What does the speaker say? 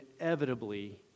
inevitably